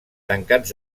tancats